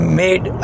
made